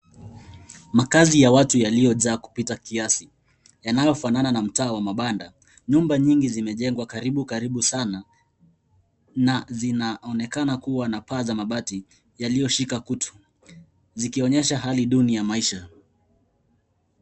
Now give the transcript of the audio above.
Makazi ya watu yaliyojaa kupita kiasi yanayofanana na mtaa wa mabanda. Nyumba nyingi zimejengwa karibu karibu sana na zinaonekana kuwa na paa za mabati yaliyoshika kutu zikionyesha hali duni ya maisha.